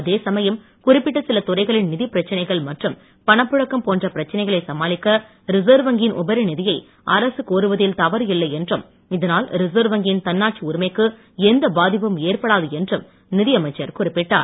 அதே சமயம் குறிப்பிட்ட சிலை துறைகளில் நிதிப்பிரச்சனைகள் மற்றும் பணப்புழக்கம் போன்ற பிரச்சனைகளை சமாளிக்க ரிசர்வ் வங்கியின் உபரி நிதியை அரசு கோருவதில் தவறு இல்லை என்றும் இதனால் ரிசர்வ் வங்கியின் தன்னாட்சி உரிமைக்கு எந்த பாதிப்பும் ஏற்படாது என்றும் நிதியமைச்சர் குறிப்பிட்டார்